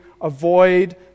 avoid